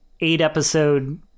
eight-episode